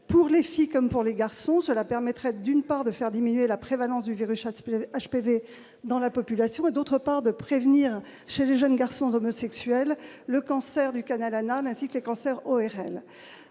pour les filles comme pour les garçons, cela permettrait d'une part de faire diminuer la prévalence du virus atypique à ce PV dans la population et, d'autre part de prévenir chez les jeunes garçons d'homosexuel, le cancer du Canada, ainsi que les cancers ORL,